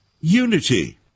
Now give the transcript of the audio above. unity